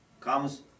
comes